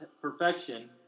perfection